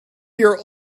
your